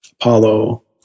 Apollo